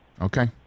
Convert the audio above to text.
Okay